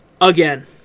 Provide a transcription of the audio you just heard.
Again